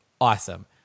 Awesome